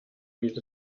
geht